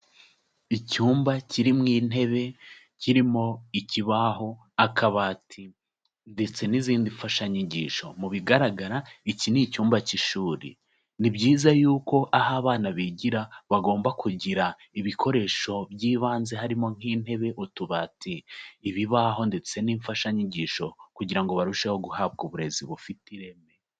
Icyumba kiri mu intebe, kirimo ikibaho, akabati ndetse n'izindi mfashanyigisho, mu bigaragara iki ni icyumba cy'ishuri. Ni byiza yuko aho abana bigira bagomba kugira ibikoresho by'ibanze, harimo nk'intebe, utubati, ibibaho ndetse n'imfashanyigisho kugira ngo barusheho guhabwa uburezi bufite ireme.